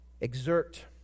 exert